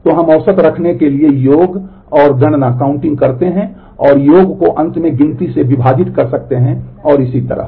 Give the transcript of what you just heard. तो हम औसत रखने के लिए योग और गणना कर सकते हैं और योग को अंत में गिनती से विभाजित कर सकते हैं और इसी तरह